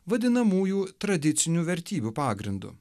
vadinamųjų tradicinių vertybių pagrindu